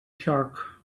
shark